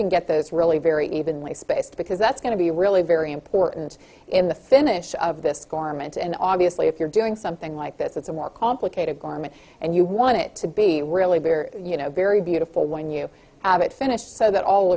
can get those really very evenly spaced because that's going to be really very important in the finish of this garment and obviously if you're doing something like this it's a more complicated garment and you want it to be really bare you know very beautiful when you have it finished so that all